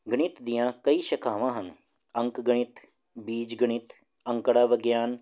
ਗਣਿਤ ਦੀਆਂ ਕਈ ਸ਼ਾਖਾਵਾਂ ਹਨ ਅੰਕ ਗਣਿਤ ਬੀਜ ਗਣਿਤ ਅੰਕੜਾ ਵਿਗਿਆਨ